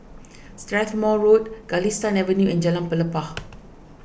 Strathmore Road Galistan Avenue and Jalan Pelepah